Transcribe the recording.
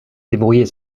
débrouiller